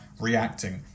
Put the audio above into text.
reacting